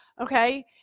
Okay